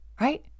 Right